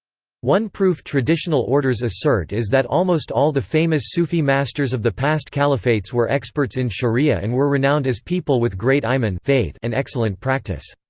one proof traditional orders assert is that almost all the famous sufi masters of the past caliphates were experts in sharia and were renowned as people with great iman and excellent practice.